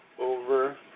over